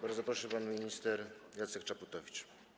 Bardzo proszę, pan minister Jacek Czaputowicz.